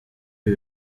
ibi